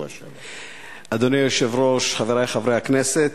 אדוני היושב-ראש, חברי חברי הכנסת,